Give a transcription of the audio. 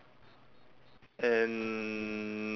and